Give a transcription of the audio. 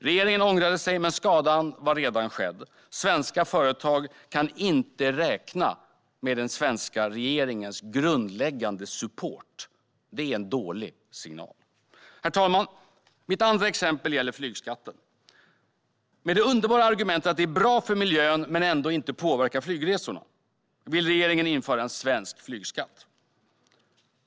Regeringen ångrade sig, men skadan var redan skedd. Svenska företag kan inte räkna med den svenska regeringens grundläggande support. Det är en dålig signal. Herr talman! Mitt andra exempel gäller flygskatten. Med det underbara argumentet att det är bra för miljön men ändå inte påverkar flygresorna vill regeringen införa en svensk flygskatt.